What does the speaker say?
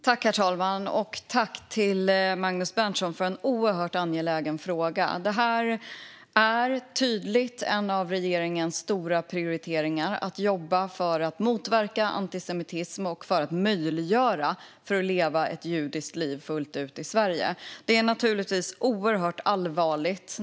Herr talman! Tack, Magnus Berntsson, för en oerhört angelägen fråga! Det är en av regeringens främsta prioriteringar att jobba för att motverka antisemitism och för att möjliggöra för människor att leva ett judiskt liv fullt ut i Sverige. Det är naturligtvis oerhört allvarligt.